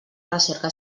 recerca